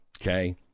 okay